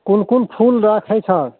कोन कोन फूल राखै छऽ